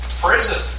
prison